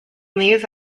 these